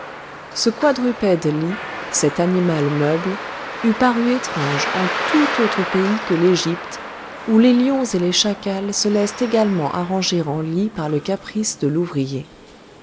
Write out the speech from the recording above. ce quadrupède lit cet animal meuble eût paru étrange en tout autre pays que l'égypte où les lions et les chacals se laissent également arranger en lits par le caprice de l'ouvrier